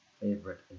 favorite